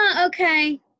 okay